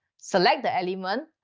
select the element,